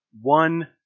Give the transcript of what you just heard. one